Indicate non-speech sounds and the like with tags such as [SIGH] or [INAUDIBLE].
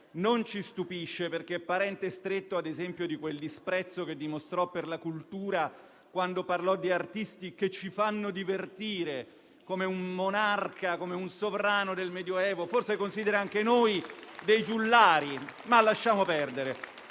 non ci stupisce, perché è parente stretto, ad esempio, di quel disprezzo che dimostrò per la cultura quando parlò di artisti che ci fanno divertire, come un monarca, come un sovrano del Medioevo. [APPLAUSE] Forse considera anche noi dei giullari, ma lasciamo perdere.